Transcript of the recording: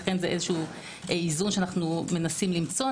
לכן זה איזון שאנו מנסים למצוא.